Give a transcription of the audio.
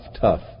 tough